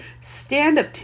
stand-up